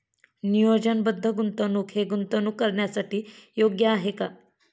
नियोजनबद्ध गुंतवणूक हे गुंतवणूक करण्यासाठी योग्य आहे का?